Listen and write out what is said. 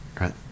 right